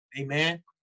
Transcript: Amen